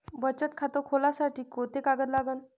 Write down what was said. बचत खात खोलासाठी कोंते कागद लागन?